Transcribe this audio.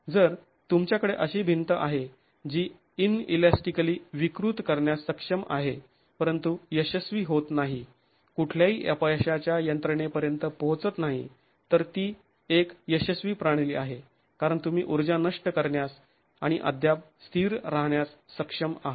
जर तुमच्याकडे अशी भिंत आहे जी ईनइलॅस्टीसिटीकली विकृत करण्यास सक्षम आहे परंतु यशस्वी होत नाही कुठल्याही अपयशाच्या यंत्रनेपर्यंत पोहोचत नाही तर ती एक यशस्वी प्रणाली आहे कारण तुम्ही ऊर्जा नष्ट करण्यास आणि अद्याप स्थिर राहण्यास सक्षम आहात